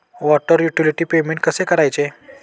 Water utility payment कसे करायचे?